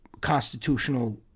constitutional